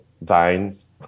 vines